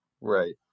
Right